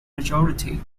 majority